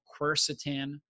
quercetin